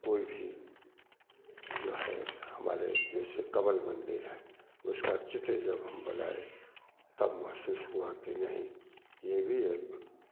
कोई भी जो है हमारे जैसे कमल मंदिर है उसका चित्र जब हम बनाए तब महसूस हुआ कि नहीं यह भी एक